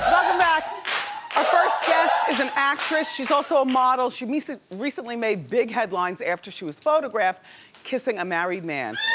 back. our first guest is an actress. she's also a model. she recently recently made big headlines, after she was photographed kissing a married man.